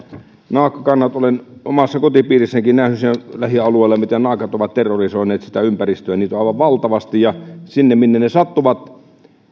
olen omassa kotipiirissänikin nähnyt siinä lähialueella miten naakat ovat terrorisoineet sitä ympäristöä niitä on aivan valtavasti siellä minne ne sattuvat